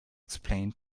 explained